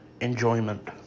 enjoyment